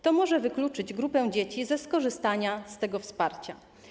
To może wykluczyć grupę dzieci ze skorzystania z tego wsparcia.